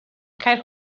cael